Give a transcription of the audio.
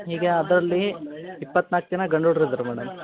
ಈಗ ಅದರಲ್ಲಿ ಇಪ್ಪತ್ತು ನಾಲ್ಕು ಜನ ಗಂಡು ಹುಡ್ಗ್ರ್ ಇದ್ದಾರೆ ಮೇಡಮ್